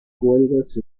huelgas